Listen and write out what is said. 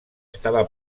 estava